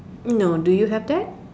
no do you have that